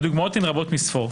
והדוגמאות הן רבות מספור,